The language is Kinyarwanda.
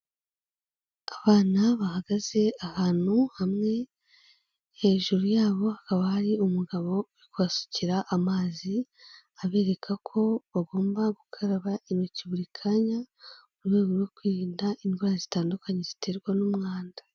Abana bahagaze ahantu hamwe, hejuru yabo hakaba hari umugabo uri kubasukira amazi abereka ko bagomba gukaraba intoki buri kanya, mu rwego rwo kwirinda indwara zitandukanye ziterwa n'umwanda.